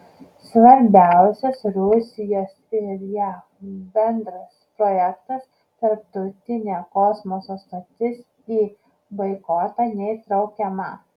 svarbiausias rusijos ir jav bendras projektas tarptautinė kosmoso stotis į boikotą neįtraukiama